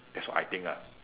that's what I think ah